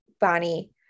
Bonnie